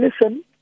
listen